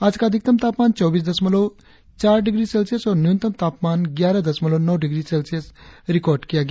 आज का अधिकतम तापमान चौबीस दशमलव चार डिग्री सेल्सियस और न्यूनतम तापमान ग्यारह दशमलव नौ डिग्री सेल्सियस रिकार्ड किया गया